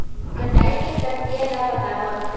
कटाई के प्रक्रिया ला बतावव?